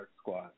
squad